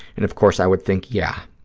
and of course, i would think, yeah,